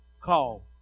call